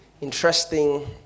interesting